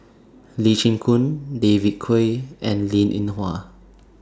Lee Chin Koon David Kwo and Linn in Hua